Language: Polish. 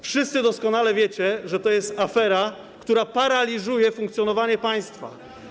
Wszyscy doskonale wiecie, że to jest afera, która paraliżuje funkcjonowanie państwa.